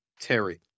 Terry